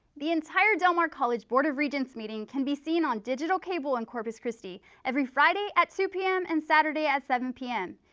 the entire del mar college board of regents meeting can be seen on digital cable in corpus christi every friday at two pm and saturday at seven pm.